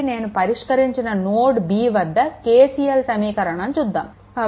కాబట్టి నేను పరిష్కరించిన నోడ్ B వద్ద KCL సమీకరణం చూద్దాము